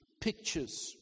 pictures